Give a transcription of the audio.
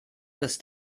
ist